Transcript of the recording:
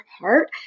heart